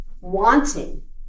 wanting